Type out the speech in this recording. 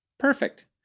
Perfect